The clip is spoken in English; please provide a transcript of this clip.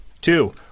two